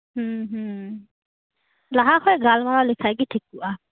ᱦᱩᱸᱼᱦᱩᱸ ᱞᱟᱦᱟ ᱠᱷᱚᱡ ᱜᱟᱞᱢᱟᱨᱟᱣ ᱞᱮᱠᱷᱟᱡᱜᱤ ᱴᱷᱤᱠᱩᱜ ᱟ